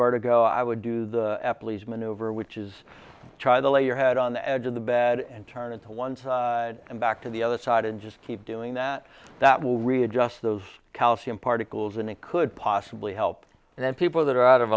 vertigo i would do the ep lee's maneuver which is try to lay your head on the edge of the bed and turn into one side and back to the other side and just keep doing that that will readjust those calcium particles and it could possibly help and then people that are out of